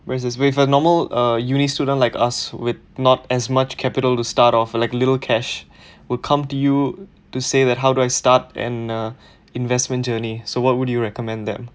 whereas with a normal uh uni student like us with not as much capital to start off like little cash will come to you to say that how do I start and uh investment journey so what would you recommend them